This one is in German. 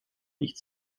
nicht